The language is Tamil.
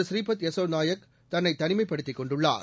ஸ்ரீபாத் நாயக் தன்னை தனிமைப்படுத்திக் கொண்டுள்ளார்